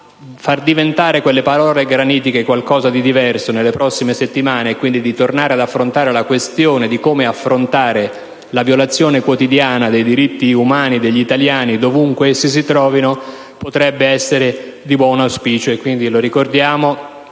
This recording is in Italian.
far diventare quelle parole granitiche qualcosa di diverso nelle prossime settimane e, quindi, di tornare ad affrontare la questione di come fronteggiare la violazione quotidiana dei diritti umani degli italiani, ovunque essi si trovino, potrebbe essere di buon auspicio.